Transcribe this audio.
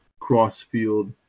cross-field